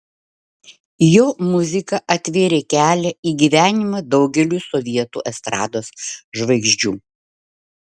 jo muzika atvėrė kelią į gyvenimą daugeliui sovietų estrados žvaigždžių